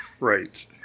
right